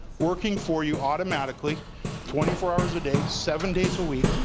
working for you automatically twenty four hours a day, seven days a week,